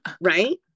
Right